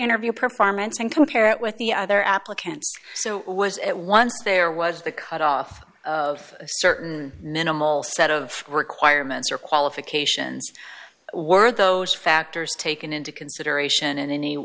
interview performance and compare it with the other applicants so was it once there was the cut off of a certain minimal set of requirements or qualifications were those factors taken into consideration in any